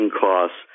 costs